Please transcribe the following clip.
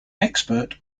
expert